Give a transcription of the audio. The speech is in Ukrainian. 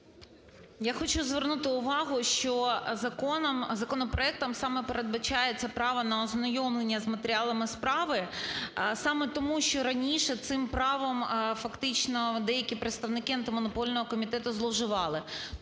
Я хочу звернути увагу, що законом, законопроектом саме передбачається право на ознайомлення з матеріалами справи саме тому. що раніше цим правом, фактично, деякі представники Антимонопольного комітету зловживали.